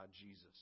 Jesus